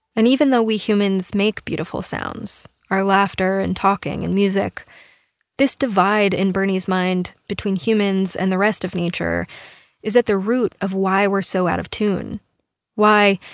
and even though we humans make beautiful sounds our laughter and talking and music this divide in bernie's mind between humans and the rest of nature is at the root of why we're so out of tune why,